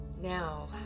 Now